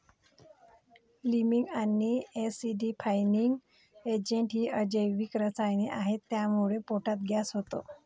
liming आणि acidifying agents ही अजैविक रसायने आहेत ज्यामुळे पोटात गॅस होतो